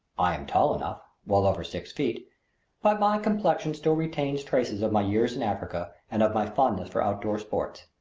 i am tall enough well over six feet but my complexion still retains traces of my years in africa and of my fondness for outdoor sports.